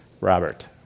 Robert